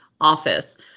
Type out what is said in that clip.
office